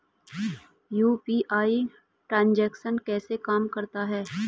UPI transaction कैसे काम करता है?